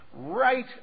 Right